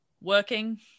working